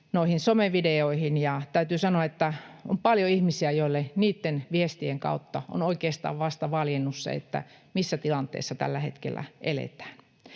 somevideoihin, ja täytyy sanoa, että on paljon ihmisiä, joille niitten viestien kautta on oikeastaan vasta valjennut, missä tilanteessa tällä hetkellä eletään.